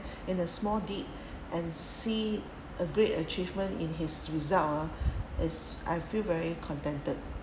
in a small deed and see a great achievement in his result ah as I feel very contented